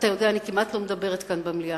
אתה יודע, אני כמעט לא מדברת כאן, במליאה.